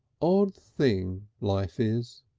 odd thing life is!